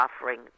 offering